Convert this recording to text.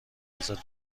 ازت